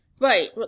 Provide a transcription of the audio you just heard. Right